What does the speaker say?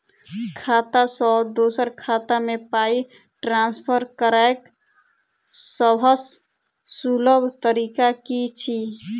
खाता सँ दोसर खाता मे पाई ट्रान्सफर करैक सभसँ सुलभ तरीका की छी?